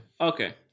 Okay